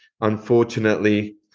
unfortunately